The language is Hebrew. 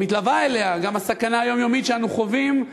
ומתלווה אליה גם הסכנה היומיומית שאנחנו חווים.